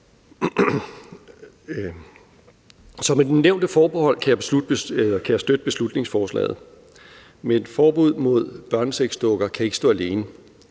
Så med de nævnte forbehold kan jeg støtte beslutningsforslaget. Men et forbud mod børnesexdukker kan ikke stå alene.